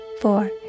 four